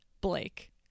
Blake